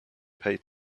pay